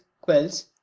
quills